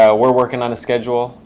ah we're working on a schedule.